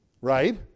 right